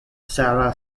sara